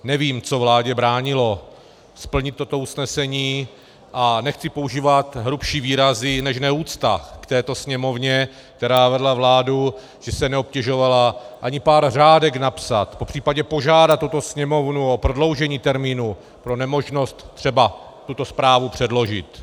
Nevím, co vládě bránilo splnit toto usnesení, a nechci používat hrubší výrazy, než neúcta k této Sněmovně, která vedla vládu, že se neobtěžovala ani pár řádek napsat, popř. požádat Sněmovnu o prodloužení termínu pro nemožnost třeba tuto zprávu předložit.